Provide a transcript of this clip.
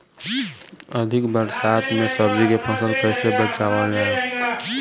अधिक बरसात में सब्जी के फसल कैसे बचावल जाय?